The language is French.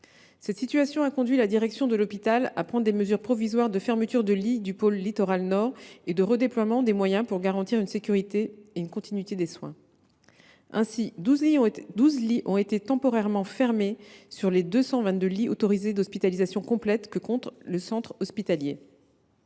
Cette situation a conduit sa direction à prendre des mesures provisoires de fermeture de lits du pôle Littoral Nord et de redéploiement des moyens pour garantir une sécurité et une continuité des soins. Ainsi, douze lits ont été temporairement fermés sur les 222 lits d’hospitalisation complète autorisés que compte le centre hospitalier.